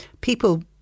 people